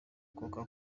coca